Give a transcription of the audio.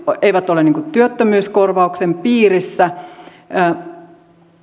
eivät ole työttömyyskorvauksen piirissä